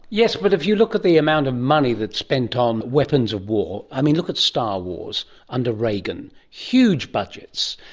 yes, but if you look at the amount of money that's spent on weapons of war. i mean, look at star wars under reagan, huge budgets,